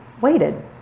waited